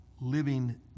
living